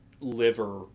liver